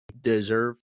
deserve